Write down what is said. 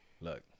Look